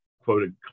quoted